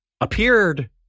appeared